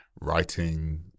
writing